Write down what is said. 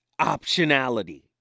optionality